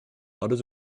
others